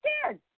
scared